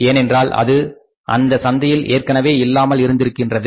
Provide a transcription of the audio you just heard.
ஏனென்றால் அது அந்த சந்தையில் ஏற்கனவே இல்லாமல் இருக்கின்றது